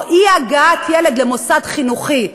או אי-הגעת ילד למוסד חינוכי,